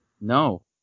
no